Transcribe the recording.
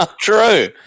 True